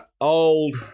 old